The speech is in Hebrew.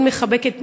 מאוד מחבקת,